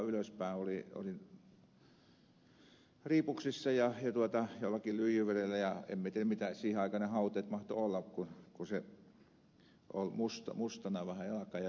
savonlinnan keskussairaalassa jalka ylöspäin olin riipuksissa ja jollakin lyijyvedellä ja en minä tiedä mitä siihen aikaan ne hauteet mahtoivat olla kun se jalka oli mustana vähän ja turvoksissa